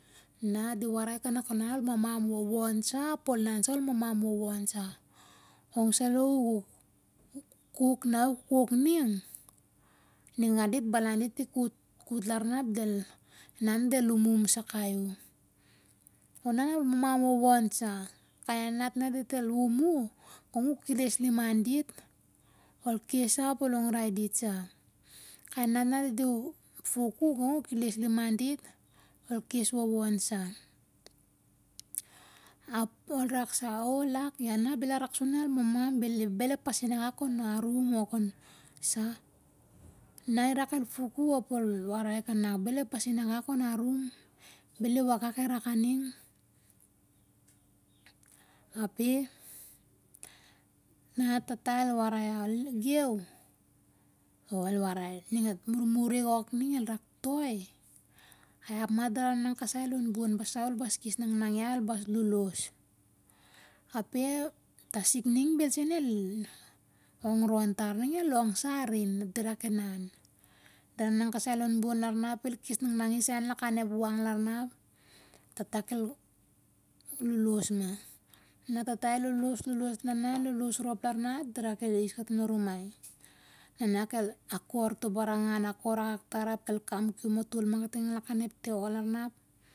Na di warai kanak ol mamam wowon sa ap ol inan mamam wowon sa, gong malo u kukuk. Na u kukuk lar ning, ningan dit ep balan dit el kut, mamam wowon sa. Gong sen alo u kukuk, na u kukuk ning, ningan dit balan dit i kut, kut lar na ep del umum sakai u. Ona, ol mamam wowon sa. Kai nanat na dit el um u gong u keles liman dit, ol kes sa ap ol longra i dit sa. Kai nanat na dit el fuk u, gong u keles liman dit, ol kes wowon sa. Ap ol rak sa, u- o lak, ia na bel a rak sur na al mamam, bel ep pasin akak kon arum o kon ep sa? Na el rak el fuk u ap ol warai kanak, bel ep pasin akak kon arum, bel i wakak i rak aning. Apeh na e tata el warai iau, "geu", or el warai ning ep mumuri ok ning, el rak, "to'i, aiap ma dara kasai lon bo'n basa ol bas kes nanai iau, al bas lo'lo's," apeh e tasik ning bel su lo' el ongron tur. El long sa arin e tatu. Dira ki inan. Dira inan kasai lon bo'n lar na, el kos nanang i sai lakan ep wang lar na ape tata kel lo'lo's ma. Na e tata el lo'lo'los, lo'lo's ap na el lo'lo's rap rak ana, dira kel is katim lo rumai. Nana kel akor to' baran nangan. Akor akak tar ap, el kam kiom ma kating lakan ep tevol lar na ap